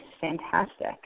Fantastic